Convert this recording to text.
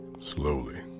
Slowly